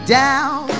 down